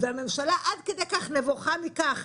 והממשלה עד כדי כך נבוכה מכך,